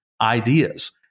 ideas